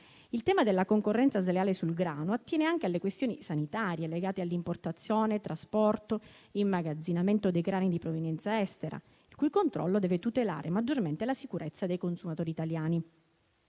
Il tema della concorrenza sleale sul grano attiene anche alle questioni sanitarie legate all'importazione, al trasporto e all'immagazzinamento dei grani di provenienza estera, il cui controllo deve tutelare maggiormente la sicurezza dei consumatori italiani.